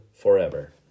forever